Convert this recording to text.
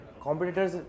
competitors